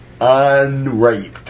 unraped